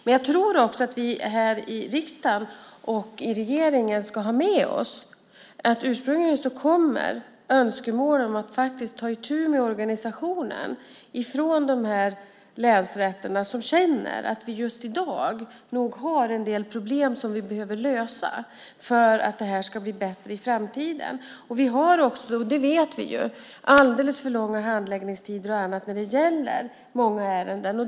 Men jag tror också att vi här i riksdagen och i regeringen ska ha med oss att önskemålen om att ta itu med organisationen ursprungligen kommer från de länsrätter som känner att vi just i dag nog har en del problem som vi behöver lösa för att det här ska bli bättre i framtiden. Vi har också - det vet vi ju - alldeles för långa handläggningstider och annat när det gäller många ärenden.